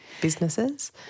businesses